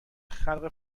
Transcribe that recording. خلق